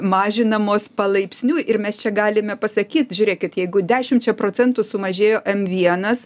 mažinamos palaipsniui ir mes čia galime pasakyt žiūrėkit jeigu dešimčia procentų sumažėjo m vienas